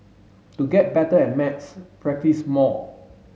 to get better at maths practise more